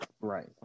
Right